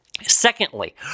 Secondly